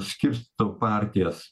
skirstau partijas